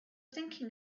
thinking